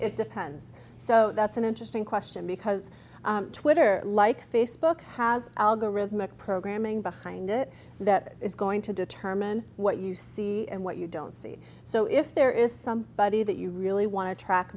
it depends so that's an interesting question because twitter like facebook has algorithmic programming behind it that is going to determine what you see and what you don't see so if there is somebody that you really want to trac